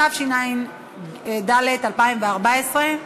התשע"ד 2014,